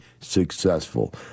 successful